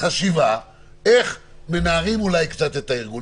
חשיבה איך מנערים אולי קצת את הארגון,